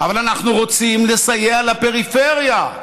אבל אנחנו רוצים לסייע לפריפריה,